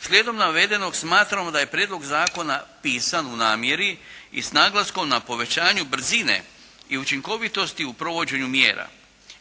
Slijedom navedenog smatramo da je prijedlog zakona pisan u namjeri i s naglaskom na povećanju brzine i učinkovitosti u provođenju mjera